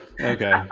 Okay